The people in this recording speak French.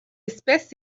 espèce